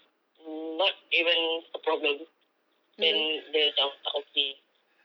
not even her problem dia macam tak okay